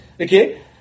okay